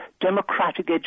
democratic